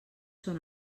són